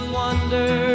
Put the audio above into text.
wonder